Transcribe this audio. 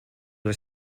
was